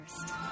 first